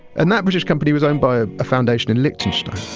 and that british company was owned by a foundation in liechtenstein